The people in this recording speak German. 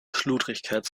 schludrigkeit